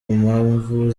mpamvu